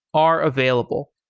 are available.